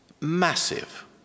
massive